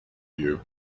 you